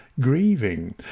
grieving